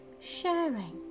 sharing